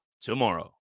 tomorrow